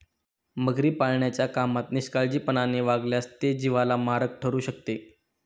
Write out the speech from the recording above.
मगरी पाळण्याच्या कामात निष्काळजीपणाने वागल्यास ते जीवाला मारक ठरू शकते